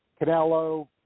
Canelo